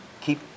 keep